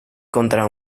contra